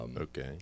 okay